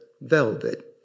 velvet